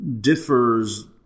differs